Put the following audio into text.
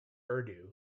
urdu